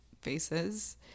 faces